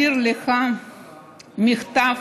אני אשתדל, אדוני היושב-ראש, להעביר לך מכתב